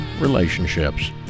relationships